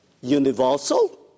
universal